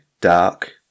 dark